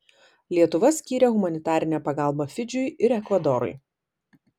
lietuva skyrė humanitarinę pagalbą fidžiui ir ekvadorui